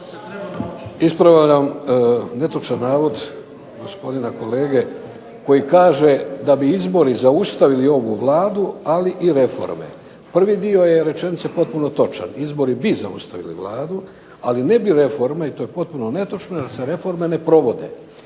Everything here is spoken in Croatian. Ispravljam netočan navod gospodina kolege koji kaže da bi izbori zaustavili ovu Vladu, ali i reforme. Prvi dio je rečenice potpuno točan. Izbori bi zaustavili Vladu, ali ne bi reforme i to je potpuno netočno jer se reforme ne provode.